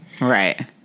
Right